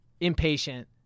impatient